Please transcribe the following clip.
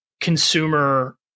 consumer